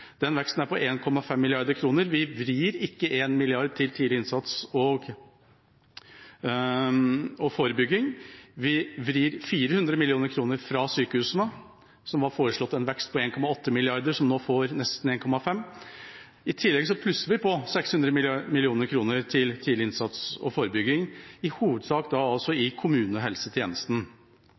Den veksten er på 1,5 mrd. kr. Vi vrir ikke 1 mrd. kr til tidlig innsats og forebygging, vi vrir 400 mill. kr fra sykehusene, som var foreslått en vekst på 1,8 mrd. kr, men nå får nesten 1,5 mrd. kr. I tillegg plusser vi på 600 mill. kr til tidlig innsats og forebygging, i hovedsak i kommunehelsetjenesten. Det er den spagaten vi er i